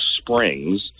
Springs